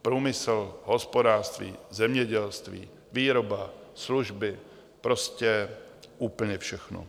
Průmysl, hospodářství, zemědělství, výroba, služby, prostě úplně všechno.